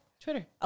twitter